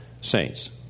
saints